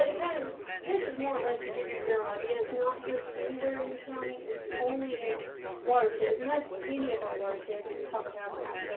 kind of this is more or less to give you a general idea is not just anywhere in the county. it's only in watersheds and as any of our watersheds, we probably haven't had